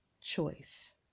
choice